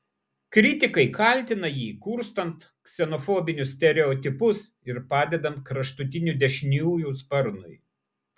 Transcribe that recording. kritikai kaltina jį kurstant ksenofobinius stereotipus ir padedant kraštutinių dešiniųjų sparnui